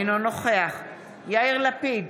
אינו נוכח יאיר לפיד,